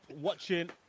watching